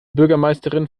bürgermeisterin